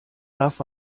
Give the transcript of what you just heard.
darf